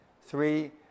Three